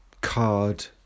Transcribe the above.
card